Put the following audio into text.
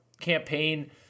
campaign